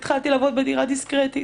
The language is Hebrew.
התחלתי לעבוד בדירה דיסקרטית